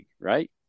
right